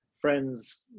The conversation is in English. friends